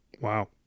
Wow